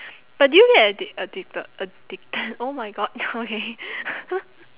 but do you get addict~ addicted addicted oh my god okay